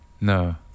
no